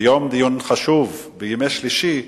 ויום דיון חשוב ביום שלישי,